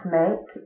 make